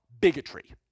bigotry